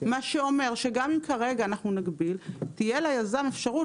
מה שאומר שגם אם כרגע אנחנו נגביל תהיה ליזם אפשרות